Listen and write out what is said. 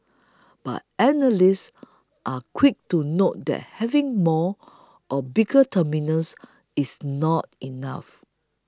but analysts are quick to note that having more or bigger terminals is not enough